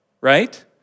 right